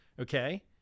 Okay